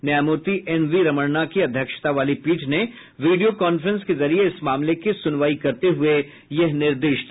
न्यायमूर्ति N V Ramana की अध्यक्षता वाली पीठ ने वीडियो कांफ्रेंस के जरिए इस मामले की सुनवाई करते हुए यह निर्देश दिया